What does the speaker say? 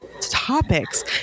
topics